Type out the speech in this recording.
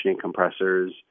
compressors